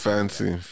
Fancy